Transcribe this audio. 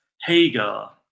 Hagar